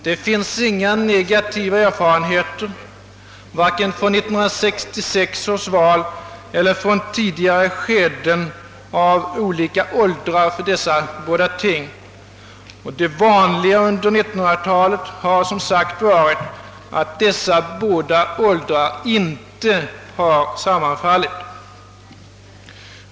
Det finns inga negativa erfarenheter vare sig från 1966 års val eller från tidigare skeden av olika åldrar för dessa båda ting. Det vanliga under 1900-talet har som sagt varit att dessa båda åldrar inte har sammanfallit.